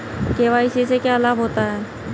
KYC से क्या लाभ होता है?